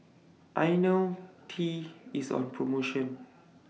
I know T IS on promotion